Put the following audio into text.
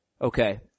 Okay